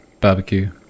barbecue